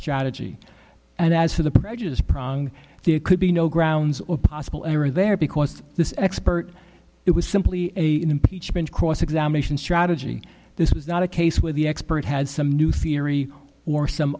strategy and as for the prejudice pronk there could be no grounds or possible error there because this expert it was simply an impeachment cross examination strategy this was not a case where the expert had some new theory or some